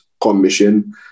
Commission